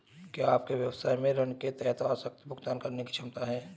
क्या आपके व्यवसाय में ऋण के तहत आवश्यक भुगतान करने की क्षमता है?